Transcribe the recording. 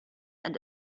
and